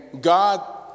God